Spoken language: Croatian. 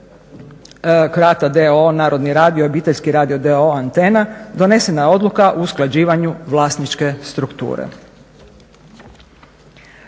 Croata d.o.o., Narodni radio i Obiteljski d.o.o., Antena donesena je odluka o usklađivanju vlasničke strukture.